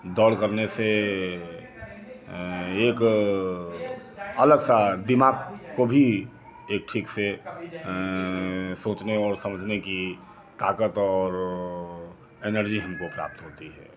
दौड़ करने से एक अलग सा दिमाग को भी एक ठीक से सोचने और समझने की ताकत और एनर्जी हमको प्राप्त होती है